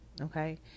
okay